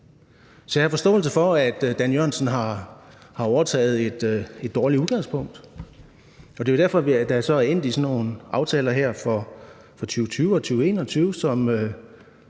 Så jeg har forståelse for, at Dan Jørgensen har overtaget et dårligt udgangspunkt, og det er jo derfor, det så er endt i sådan nogle aftaler her for 2020 og 2021, hvor